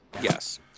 Yes